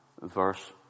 verse